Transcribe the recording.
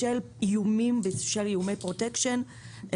בשל איומי פרוטקשן.